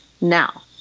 Now